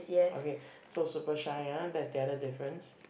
okay so super shy ah that's the other difference